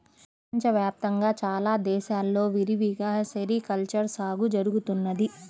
ప్రపంచ వ్యాప్తంగా చాలా దేశాల్లో విరివిగా సెరికల్చర్ సాగు జరుగుతున్నది